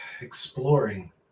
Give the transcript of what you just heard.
exploring